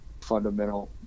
Fundamental